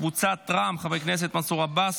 קבוצת סיעת רע"מ: חברי הכנסת מנסור עבאס,